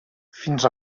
fins